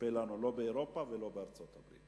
מצפה לנו, גם באירופה וגם בארצות-הברית.